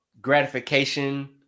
gratification